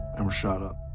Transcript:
and were shot up.